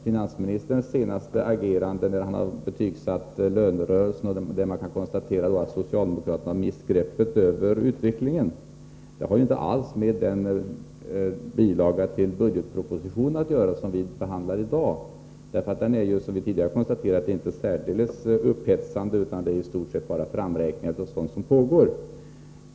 Finansministerns senaste agerande, när han betygsatt lönerörelsen och där man kan konstatera att socialdemokraterna har mist greppet över utvecklingen, har inte alls med den bilaga till budgetpropositionen att göra som vi behandlar i dag. Denna är ju, som vi redan nämnt, inte särdeles upphetsande utan upptar i stort sett bara framräkningar av sådant som pågår.